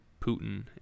Putin